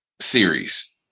series